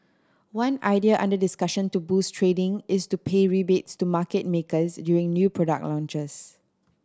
one idea under discussion to boost trading is to pay rebates to market makers during new product launches